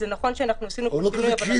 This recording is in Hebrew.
זה נכון שאנחנו עשינו --- ההתנגדות